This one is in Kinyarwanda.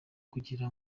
kugira